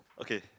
okay